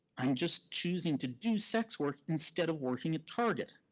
i'm just choosing to do sex work instead of working at target.